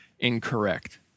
incorrect